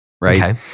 Right